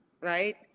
right